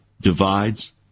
divides